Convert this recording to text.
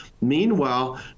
Meanwhile